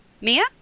Mia